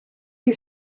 you